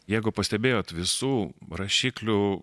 jeigu pastebėjot visų rašiklių